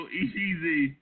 easy